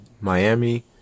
Miami